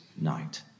night